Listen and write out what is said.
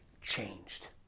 changed